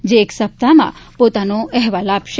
જે એક સપ્તાહમાં પોતાનો અહેવાલ આપશે